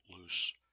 loose